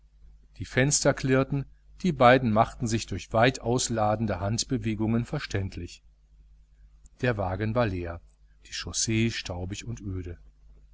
die fenster klirrten die beiden machten sich durch weitausladende handbewegungen verständlich der wagen war leer die chaussee staubig und öde